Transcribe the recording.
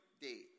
day